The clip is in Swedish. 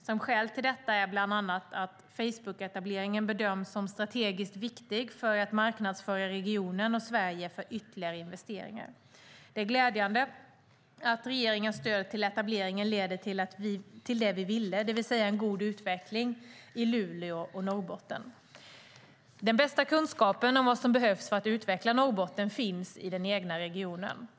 Som skäl till detta är bland annat att Facebooketableringen bedöms som strategiskt viktig för att marknadsföra regionen och Sverige för ytterligare investeringar. Det är glädjande att regeringens stöd till etableringen leder till det vi ville, det vill säga en god utveckling i Luleå och Norrbotten. Den bästa kunskapen om vad som behövs för att utveckla Norrbotten finns i den egna regionen.